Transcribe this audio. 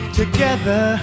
together